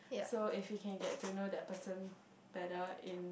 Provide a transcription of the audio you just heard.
so if you can get to know that person better in